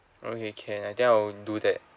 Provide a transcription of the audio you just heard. okay can then I'll do that